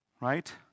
Right